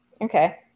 Okay